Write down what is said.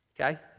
Okay